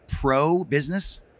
pro-business